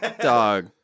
Dog